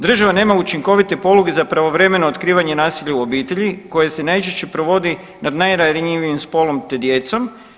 Država nema učinkovite poluge za pravovremeno otkrivanje nasilja u obitelji koje se najčešće provodi nad najranjivijim spolom te djecom.